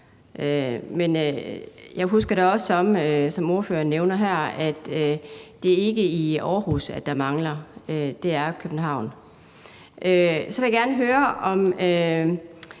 men jeg husker det også sådan, som ordføreren nævner, at det ikke er i Aarhus, der mangler boliger. Det er i København. Så vil jeg gerne høre, om